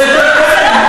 זה יותר קל להן, מה זה?